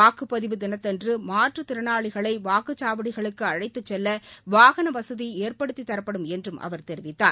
வாக்குப் பதிவு தினத்தன்று மாற்றுத் திறனாளிகளை வாக்குச் சாவடிகளுக்கு அழைத்துச் செல்ல வாகன வசதி ஏற்படுத்தித் தரப்படும் என்றும் அவர் தெரிவித்தார்